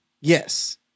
Yes